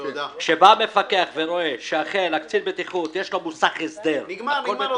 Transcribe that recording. כשבא מפקח ורואה שאכן קצין בטיחות יש לו מוסך הסדר- - נגמר.